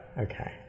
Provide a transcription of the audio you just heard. Okay